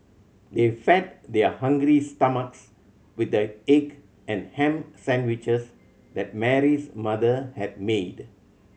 they fed their hungry stomachs with the egg and ham sandwiches that Mary's mother had made